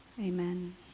Amen